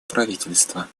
правительства